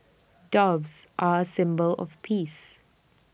doves are A symbol of peace